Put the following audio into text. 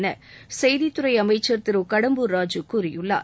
என செய்தித்துறை அமைச்ச் திரு கடம்பூர் ராஜூ கூறியுள்ளார்